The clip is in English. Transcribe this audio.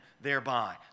thereby